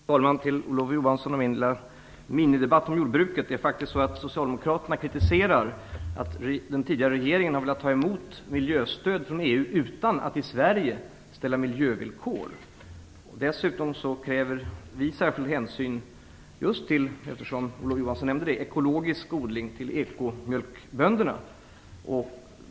Fru talman! Ett par ord till med anledning av Olof Johanssons och min minidebatt om jordbruket. Det är ju faktiskt så att Socialdemokraterna kritiserar att den tidigare regeringen har velat ta emot miljöstöd från EU utan att i Sverige ställa miljövillkor. Dessutom, eftersom Olof Johansson nämner det, kräver vi särskild hänsyn just till ekologisk odling och till ekomjölkbönderna.